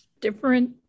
different